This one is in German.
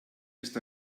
ist